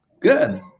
Good